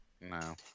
No